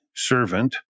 servant